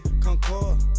concord